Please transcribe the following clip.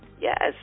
Yes